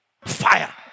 Fire